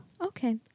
Okay